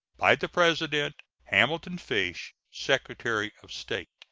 by the president hamilton fish, secretary of state.